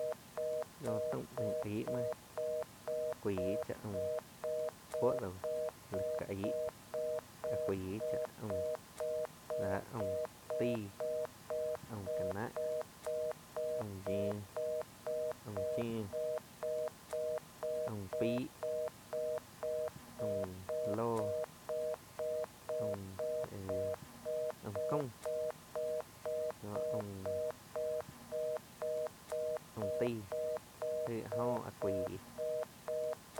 Có taum naig aih muo cuaig cháh aum fuo dau láh ká aig cuaí chá aum náh aum taíh, aum ká ná, aum yiuh, aum chiuh, aum peih, aum lóh, aum éh aum kaum, ko aum taig, aih áh jó áh cuaig.